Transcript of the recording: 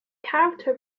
character